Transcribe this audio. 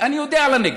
אני יודע על הנגב.